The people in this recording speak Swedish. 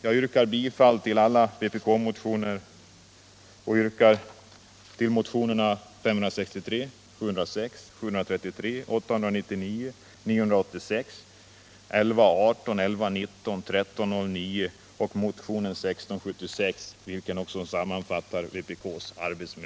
Jag yrkar bifall till vpk-motionerna 563, 706, 733, 899, 986, 1118, 1119 och 1309 samt till vpk-motionen 1676, vilken sammanfattar vpk:s arbetsmiljökrav. I sistnämnda motion görs dock undantag för yrkande 22.